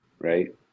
right